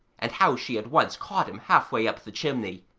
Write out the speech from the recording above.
and how she had once caught him half-way up the chimney.